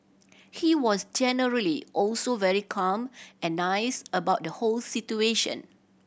he was generally also very calm and nice about the whole situation